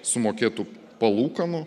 sumokėtų palūkanų